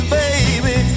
baby